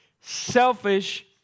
selfish